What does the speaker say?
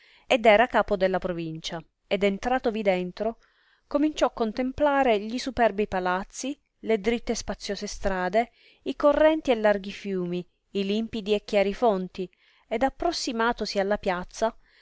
ed era capo della provincia ed entratovi dentro cominciò contemplare gli superbi palazzi le dritte e spaziose strade i correnti e larghi fiumi i limpidi e chiari fonti ed approssimatosi alla piazza